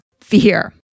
fear